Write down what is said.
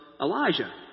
Elijah